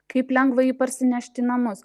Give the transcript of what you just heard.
kaip lengva jį parsinešt į namus